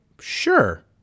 sure